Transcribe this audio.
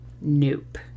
nope